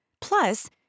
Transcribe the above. Plus